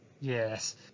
Yes